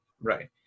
Right